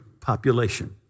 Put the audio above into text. population